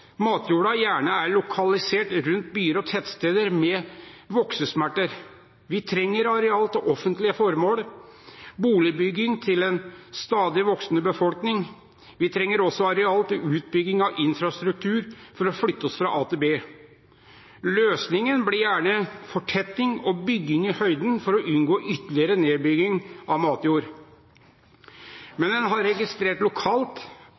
matjorda gjerne er lokalisert rundt byer og tettsteder med voksesmerter. Vi trenger areal til offentlige formål og til boligbygging til en stadig voksende befolkning. Vi trenger også areal til utbygging av infrastruktur for å flytte oss fra A til B. Løsningen blir gjerne fortetting og bygging i høyden for å unngå ytterligere nedbygging av matjord.